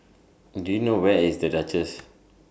Do YOU know Where IS The Duchess